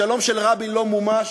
השלום של רבין לא מומש,